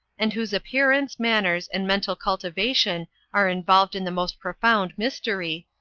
and whose appearance, manners, and mental cultivation are involved in the most profound mystery,